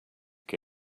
que